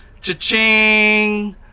cha-ching